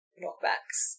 knockbacks